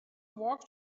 walk